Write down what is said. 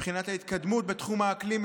מבחינת ההתקדמות בתחום האקלים,